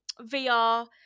VR